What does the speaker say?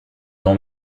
tant